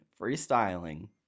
freestyling